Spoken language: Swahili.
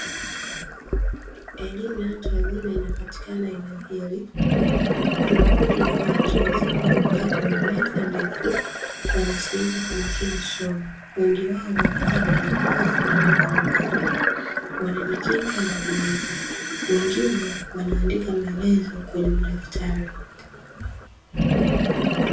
Elimu ya watu wazima inapatikana eneo hili. Kuna kundi la watu wazima wamekaa kwenye meza ndefu, wanasikiliza kwa makini somo. Wengi wao wamevalia barakoa za rangi mbalimbali, wanajikinga na ugonjwa, wengine wanaandika maelezo kwenye madaftari.